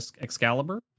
excalibur